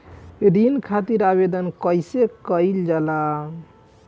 ऋण खातिर आवेदन कैसे कयील जाला?